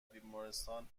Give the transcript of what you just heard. بیمارستان